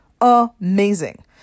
amazing